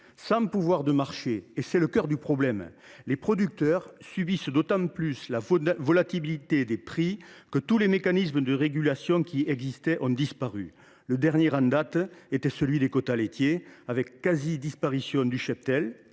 Sans pouvoir de marché – et c’est le cœur du problème –, les producteurs subissent d’autant plus la volatilité des prix que tous les mécanismes de régulation qui existaient ont disparu. Le dernier en date était celui des quotas laitiers. Sa suppression a entraîné